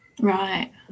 Right